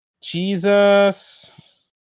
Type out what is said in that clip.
Jesus